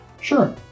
Sure